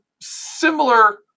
similar